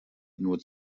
nur